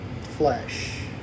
flesh